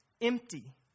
empty